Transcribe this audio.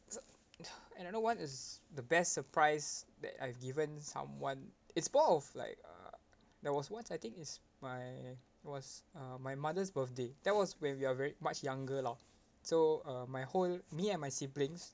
so another one is the best surprise that I've given someone it's more of like uh there was once I think it's my was uh my mother's birthday that was when we are very much younger lah so uh my whole me and my siblings